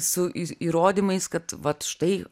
su įrodymais kad vat štai